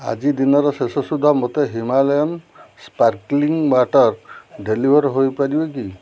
ଆଜି ଦିନର ଶେଷ ସୁଦ୍ଧା ମୋତେ ହିମାଲୟାନ୍ ସ୍ପାର୍କ୍ଲିଂ ୱାଟର୍ ଡେଲିଭର୍ ହେଇପାରିବ କି